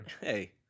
hey